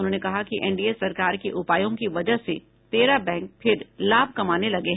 उन्होंने कहा कि एनडीए सरकार के उपायों की वजह से तेरह बैंक फिर लाभ कमाने लगे हैं